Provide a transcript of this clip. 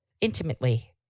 intimately